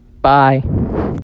Bye